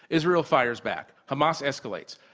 israelfires back, hamas escalates,